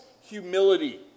humility